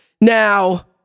Now